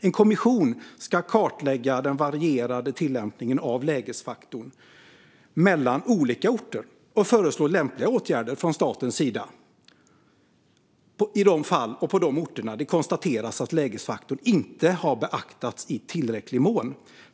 En kommission ska kartlägga den varierande tillämpningen av lägesfaktorn mellan olika orter och föreslå lämpliga åtgärder från statens sida i de fall det konstateras att lägesfaktorn inte beaktas i tillräcklig mån .